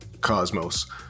cosmos